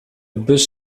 bus